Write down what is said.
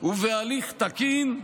ובהליך תקין,